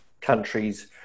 countries